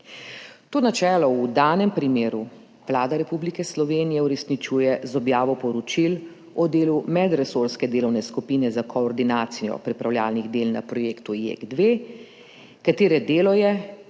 To načelo v danem primeru Vlada Republike Slovenije uresničuje z objavo poročil o delu medresorske delovne skupine za koordinacijo pripravljalnih del na projektu JEK2, katere delo je,